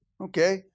Okay